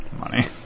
money